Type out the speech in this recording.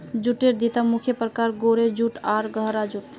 जूटेर दिता मुख्य प्रकार, गोरो जूट आर गहरा जूट